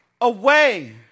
away